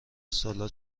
سالاد